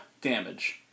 damage